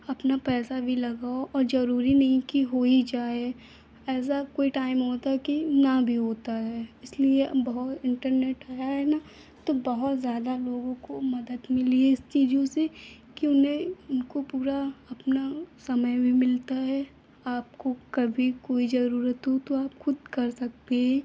अपना पैसा भी लगाओ और ज़रूरी नहीं कि हो ही जाए ऐसा कोई टाइम होता कि न भी होता है इसलिए बहुत इन्टरनेट है ना तो बहुत ज़्यादा लोगों को मदद मिली है इस चीज़ों से कि उन्हें उनको पूरा अपना समय भी मिलता है आपको कभी कोई ज़रूरत हो तो आप खुद कर सकते हैं